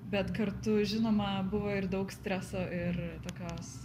bet kartu žinoma buvo ir daug streso ir tokios